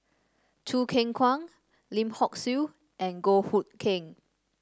Choo Keng Kwang Lim Hock Siew and Goh Hood Keng